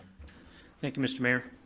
thank you, mr. mayor.